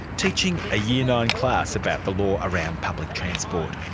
teaching a year nine class about the law around public transport.